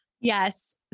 Yes